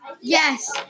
Yes